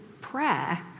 prayer